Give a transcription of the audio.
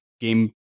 game